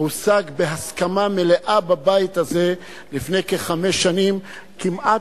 הושג בהסכמה מלאה בבית הזה לפני חמש שנים כמעט,